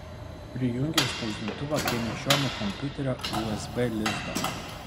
prijungiau spausdintuvą prie nešiojamo kompiuterio usb lizdo